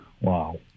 Wow